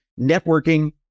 networking